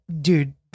dude